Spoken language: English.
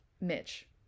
Mitch